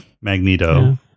Magneto